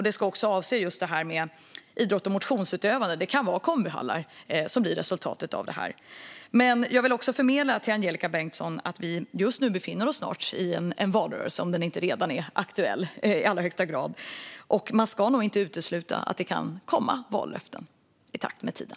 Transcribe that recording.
Det ska också gälla just detta med idrotts och motionsutövande; det kan vara kombihallar som blir resultatet av detta. Jag vill också förmedla till Angelika Bengtsson att vi snart befinner oss i en valrörelse, om den inte redan är i allra högsta grad aktuell. Man ska nog inte utesluta att det kan komma vallöften med tiden.